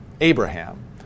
Abraham